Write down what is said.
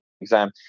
exam